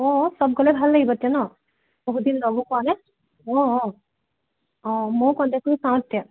অঁ চব গ'লে ভাল লাগিব তেতিয়া ন বহুত দিন লগো কৰা নাই অঁ অঁ অঁ ময়ো কণ্টেক্টটো কৰি চাওঁ তেতিয়া